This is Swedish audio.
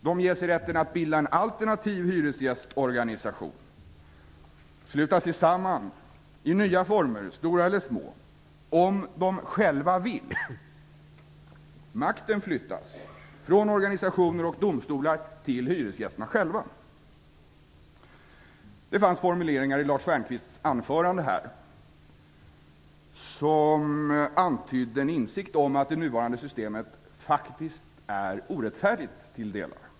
De ges rätten att bilda en alternativ hyresgästorganisation och sluta sig samman i nya former, stora eller små, om de själva vill. Makten flyttas från organisationer och domstolar till hyresgästerna själva. Det fanns formuleringar i Lars Stjernkvists anförande som antydde en insikt om att det nuvarande systemet till delar faktiskt är orättfärdigt.